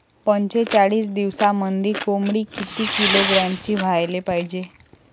पंचेचाळीस दिवसामंदी कोंबडी किती किलोग्रॅमची व्हायले पाहीजे?